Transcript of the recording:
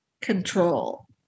control